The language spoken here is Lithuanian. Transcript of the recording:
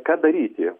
ką daryti